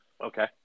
Okay